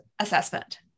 assessment